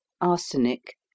arsenic